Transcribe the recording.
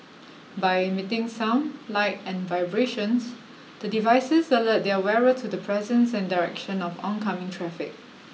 by emitting sound light and vibrations the devices alert their wearer to the presence and direction of oncoming traffic